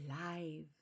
alive